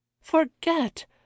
forget